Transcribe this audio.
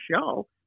show